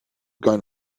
going